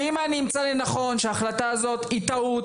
שאם אני אמצא לנכון שההחלטה הזאת היא טעות